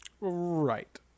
Right